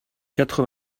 quatre